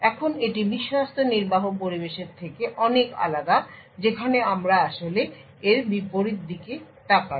এখন এটি বিশ্বস্ত নির্বাহ পরিবেশের থেকে অনেক আলাদা যেখানে আমরা আসলে এর বিপরীত দিকে তাকাই